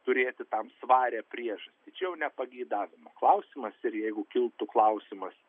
turėti tam svarią priežastį čia jau ne pageidavimų klausimas ir jeigu kiltų klausimas